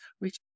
reach